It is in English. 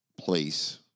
place